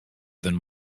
than